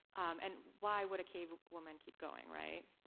um and why would a cave woman keep going, right,